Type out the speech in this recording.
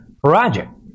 project